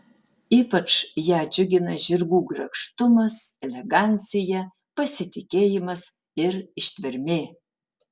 ypač ją džiugina žirgų grakštumas elegancija pasitikėjimas ir ištvermė